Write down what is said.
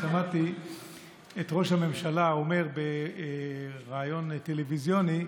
שמעתי את ראש הממשלה אומר בריאיון טלוויזיוני,